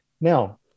Now